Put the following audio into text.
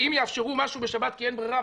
ואם יאפשרו משהו בשבת כי אין ברירה,